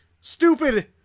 stupid